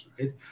right